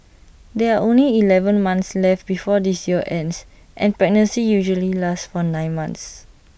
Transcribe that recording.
there are only Eleven months left before this year ends and pregnancy usually lasts one nine months